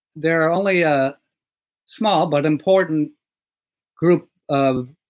they are only ah small, but important group of